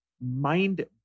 mind